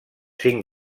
cinc